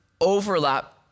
overlap